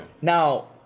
Now